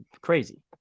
crazy